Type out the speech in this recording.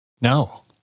No